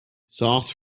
sauce